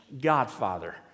Godfather